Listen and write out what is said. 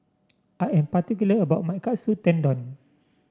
I am particular about my Katsu Tendon